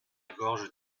gorge